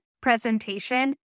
presentation